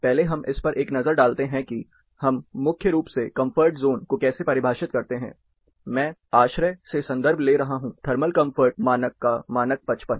पहले हम इस पर एक नज़र डालते हैं कि हम मुख्य रूप से कंफर्ट ज़ोन को कैसे परिभाषित करते हैं मैं आश्रय से संदर्भ ले रहा हूं थर्मल कम्फर्ट मानक का मानक 55